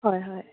হয় হয়